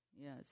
Yes